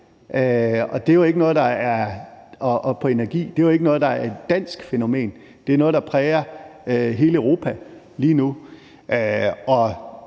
Det er jo ikke noget, der er et dansk fænomen, det er noget, der præger hele Europa lige nu.